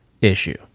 issue